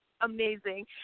amazing